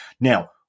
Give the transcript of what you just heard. Now